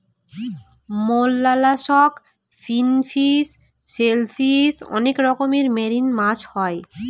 mollusc, finfish, shellfish অনেক রকমের marine মাছ হয়